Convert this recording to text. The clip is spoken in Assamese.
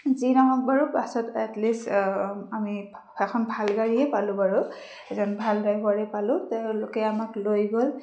যি নহওক বাৰু পাছত এটলিষ্ট আমিএখন ভাল গাড়ীয়েই পালোঁ বাৰু এজন ভাল ড্ৰাইভৰে পালোঁ তেওঁলোকে আমাক লৈ গ'ল